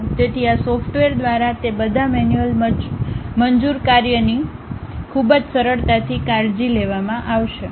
તેથી આ સોફ્ટવેર દ્વારા તે બધા મેન્યુઅલ મજૂર કાર્યની ખૂબ જ સરળતાથી કાળજી લેવામાં આવશે